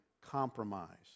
compromise